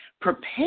prepare